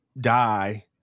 die